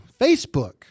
Facebook